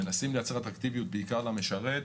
מנסים לייצר אטרקטיביות למשרת.